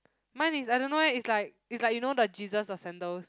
mine is I don't know eh is like is like you know the Jesus of sandals